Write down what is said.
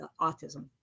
autism